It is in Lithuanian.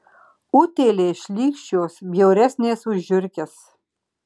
utėlės šlykščios bjauresnės už žiurkes